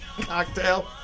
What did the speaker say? cocktail